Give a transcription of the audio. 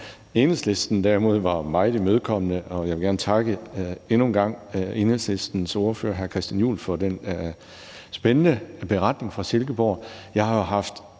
Enhedslisten derimod var meget imødekommende, og jeg vil gerne endnu en gang takke Enhedslistens ordfører, hr. Christian Juhl, for den spændende beretning fra Silkeborg. Jeg har haft